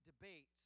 debates